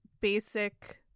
basic